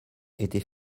était